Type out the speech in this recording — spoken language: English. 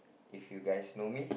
if you guys know me